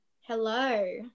Hello